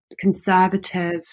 conservative